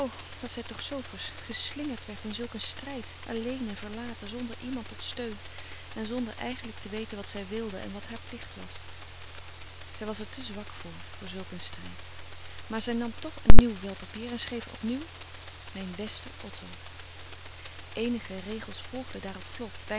dat zij toch zoo geslingerd werd in zulk een strijd alleen en verlaten zonder iemand tot steun en zonder eigenlijk te weten wat zij wilde en wat haar plicht was zij was er te zwak voor voor zulk een strijd maar zij nam toch een nieuw vel papier en schreef opnieuw mijn beste otto eenige regels volgden daarop vlot